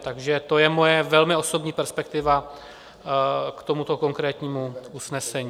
Takže to je moje velmi osobní perspektiva k tomuto konkrétnímu usnesení.